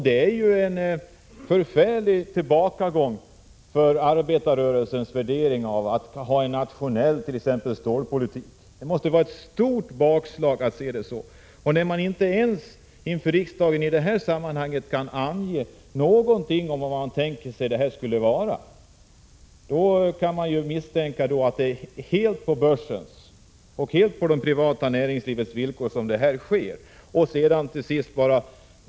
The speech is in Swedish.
Det är en förfärlig tillbakagång för arbetarrörelsens värderingar av att ha en nationell stålpolitik. Industriministern kan inte här inför riksdagen ens ange vad man tänker sig att detta skulle leda till. Man kan misstänka att det är helt på börsens och helt på det privata näringslivets villkor som detta sker.